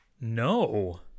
No